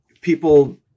people